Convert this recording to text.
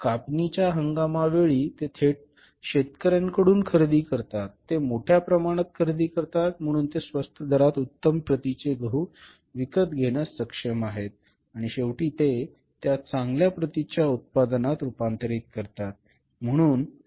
कापणीच्या हंगामा वेळी ते थेट शेतकर्यांकडून खरेदी करतात ते मोठ्या प्रमाणात खरेदी करतात म्हणून ते स्वस्त दरात उत्तम प्रतीचे गहू विकत घेण्यास सक्षम आहेत आणि शेवटी ते त्या चांगल्या प्रतिच्या उत्पादनात रूपांतरित करतात